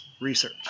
research